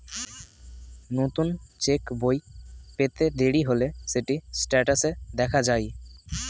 নতুন চেক্ বই পেতে দেরি হলে সেটি স্টেটাসে দেখা যায়